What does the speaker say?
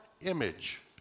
image